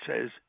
says